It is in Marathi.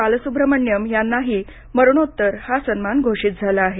बालसूब्रमण्यम यांनाही मरणोत्तर हा सन्मान घोषित झाला आहे